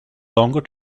longer